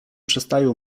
przestają